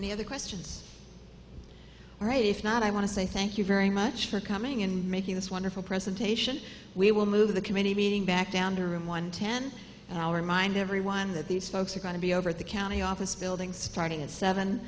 any of the questions all right if not i want to say thank you very much for coming and making this wonderful presentation we will move the committee meeting back down to room one ten and our mind everyone that these folks are going to be over at the county office building starting at seven